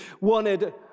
wanted